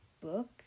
book